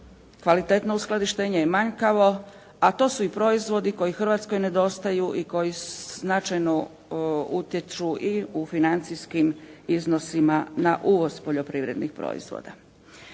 kvalitetno uskladištenje je manjkavo a to su i proizvodi koji Hrvatskoj nedostaju i koji značajno utječu i u financijskim iznosima na uvoz poljoprivrednih proizvoda.